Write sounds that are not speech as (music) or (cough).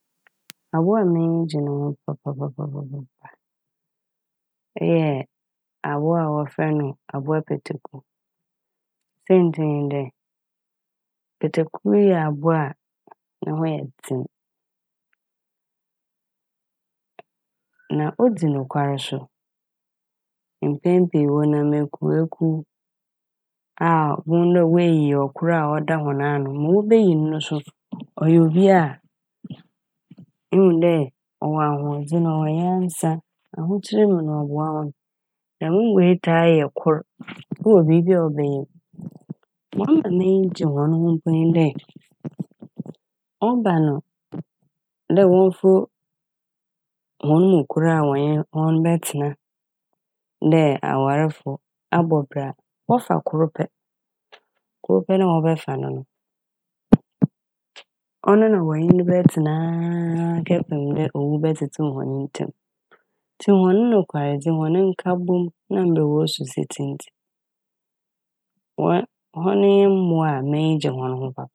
Abowa m'enyi gye no ho papa papa papa eyɛ abowa wɔfrɛ no abowa peteku. Siantsir nye dɛ peteku yɛ abowa a ne ho yɛ dzen na odzi nokwar so. Mpɛn pii no wɔnam ekuwekuw a ibohu dɛ woenyi ɔkor a ɔda hɔn ano. Ma wobeyi n' no so ɔyɛ obi a ihu dɛ ɔwɔ ahoɔdzen ɔwɔ nyansa ahokyer mu no ɔboa hɔn. Dɛm mbowa yi taa yɛ kor ewɔ biribara a wɔbɛyɛ m'. Ma ɔma m'enyi gye hɔn ho mpo nye dɛ ɔba no dɛ wɔmmfa wo- hɔn mu kor a wɔnye no bɛtsena dɛ awarfo abɔ bra a wɔfa kor pɛ. Kor pɛ a wɔbɛfa no ɔno na wɔnye no no bɛtsenaa (hesitation) kɔpem dɛ owu bɛtsetseew hɔn ntamu. Ntsi hɔn nokwardzi, hɔn nkabom na mberɛ hɔn su si tse ntsi hɔn- hɔn nye mbowa a m'enyi gye hɔn ho papaapa.